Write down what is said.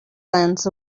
hands